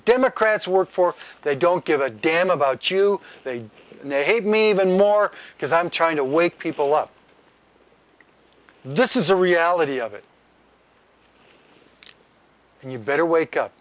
democrats were for they don't give a damn about you they named me even more because i'm trying to wake people up this is a reality of it and you better wake up